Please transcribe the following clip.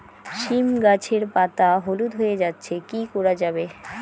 সীম গাছের পাতা হলুদ হয়ে যাচ্ছে কি করা যাবে?